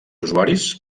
usuaris